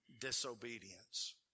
disobedience